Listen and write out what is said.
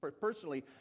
personally